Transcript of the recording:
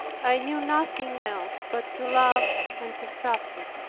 i knew nothing else, but to love and to suffer.